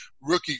rookie